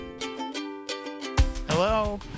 Hello